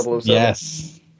Yes